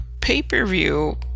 pay-per-view